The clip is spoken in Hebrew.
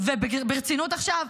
וברצינות עכשיו,